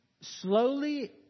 Slowly